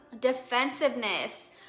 defensiveness